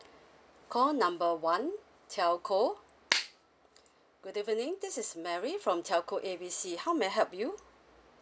call number one telco good evening this is mary from telco A B C how may I help you